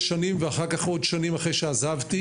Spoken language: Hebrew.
שנים ואחר כך עוד שנים אחרי שעזבתי.